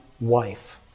wife